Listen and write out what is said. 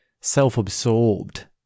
self-absorbed